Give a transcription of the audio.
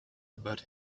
about